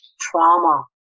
trauma